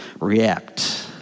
react